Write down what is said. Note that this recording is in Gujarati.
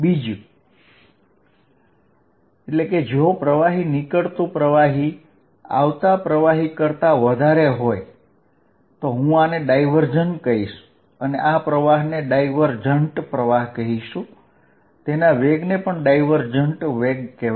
બીજી બાજુ જો બહાર નીકળતું પ્રવાહી આવતા પ્રવાહી કરતા વધારે હોય તો હું આને ડાયવર્જન્ટ કહીશ અને આ પ્રવાહને divergent પ્રવાહ કહેશું તેના વેગ ને પણ divergent વેગ કહેવાય